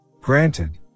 Granted